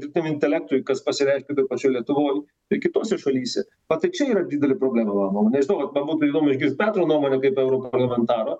dirbtiniam intelektui kas pasireiškė toj pačioj lietuvoj ir kitose šalyse va tai čia yra didelė problema mano nuomone nežinau vat man būtų įdomu išgirst petro nuomonę kaip europarlamentaro